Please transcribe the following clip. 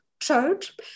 Church